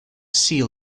sea